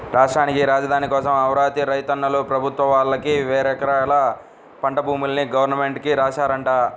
రాష్ట్రానికి రాజధాని కోసం అమరావతి రైతన్నలు ప్రభుత్వం వాళ్ళకి వేలెకరాల పంట భూముల్ని గవర్నమెంట్ కి రాశారంట